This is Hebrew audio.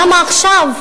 למה עכשיו?